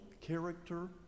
character